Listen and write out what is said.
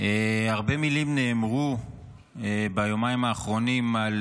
הרבה מילים נאמרו ביומיים האחרונים על